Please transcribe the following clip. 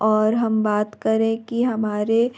और हम बात करें कि हमारे